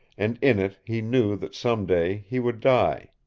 and in it he knew that some day he would die.